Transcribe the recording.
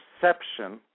perception